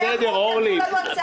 אין לנו הרבה כלים.